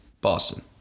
Boston